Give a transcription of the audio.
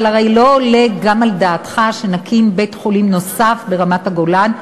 אבל הרי לא עולה גם על דעתך שנקים בית-חולים נוסף ברמת-הגולן,